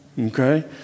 okay